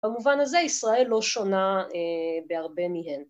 במובן הזה ישראל לא שונה בהרבה מהן.